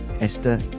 Esther